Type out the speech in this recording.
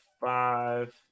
five